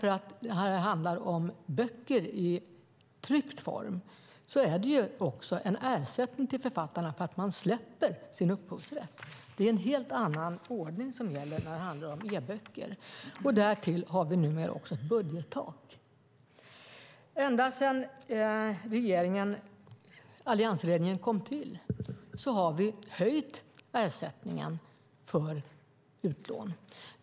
När det handlar om böcker i tryckt form är det en ersättning till författarna för att de släpper sin upphovsrätt. Det är en helt annan ordning som gäller när det handlar om e-böcker. Därtill har vi numera också ett budgettak. Ända sedan alliansregeringen kom till har vi höjt ersättningen för utlåningen.